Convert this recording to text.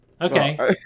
Okay